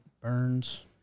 Burns